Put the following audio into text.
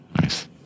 Nice